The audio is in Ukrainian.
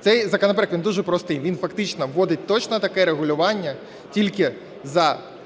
Цей законопроект, він дуже простий, він фактично вводить точно таке регулювання тільки за